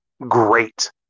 great